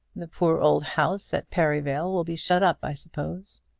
the poor old house at perivale will be shut up, i suppose.